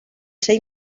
ser